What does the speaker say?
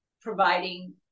providing